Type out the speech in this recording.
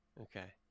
Okay